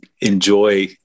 enjoy